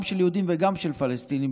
גם של יהודים וגם של פלסטינים,